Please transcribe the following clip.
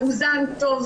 מאוזן וטוב.